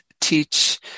teach